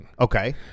Okay